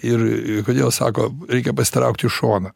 ir kodėl sako reikia pasitraukt į šoną